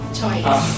choice